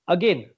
Again